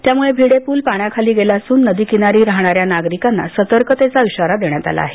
त्यामुळे भिडे प्रल पाण्याखाली गेला असून नदी किनारी राहणाऱ्या नागरिकांना सतर्कतेचा इशारा देण्यात आला आहे